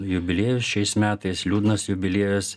jubiliejus šiais metais liūdnas jubiliejus